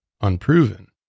unproven